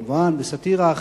כמובן בסאטירה,